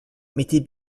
mettait